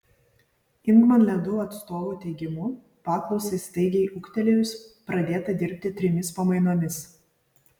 ingman ledų atstovų teigimu paklausai staigiai ūgtelėjus pradėta dirbti trimis pamainomis